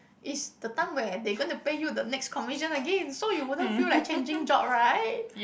is the time where they going to pay you the next commission again so you wouldn't feel like changing job right